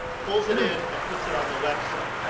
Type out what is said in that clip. pulls it in and puts it on the website.